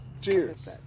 cheers